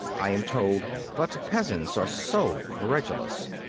i am told, but peasants are so credulous.